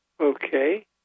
Okay